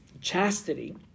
chastity